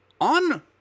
on